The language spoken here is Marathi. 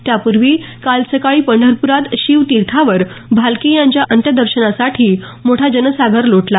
त्यापूर्वी काल सकाळी पंढरप्रात शिवतीर्थावर भालके यांच्या अंत्यदर्शनासाठी मोठा जनसागर लोटला